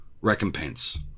recompense